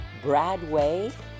Bradway